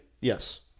yes